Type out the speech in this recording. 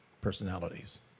personalities